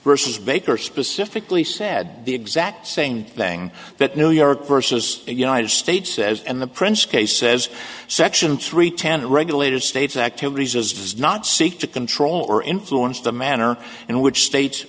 versus baker specifically said the exact same thing that new york vs the united states says and the prince case says section three ten regulated states activities as does not seek to control or influence the manner in which states